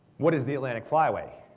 what is the atlantic flyway?